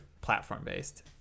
platform-based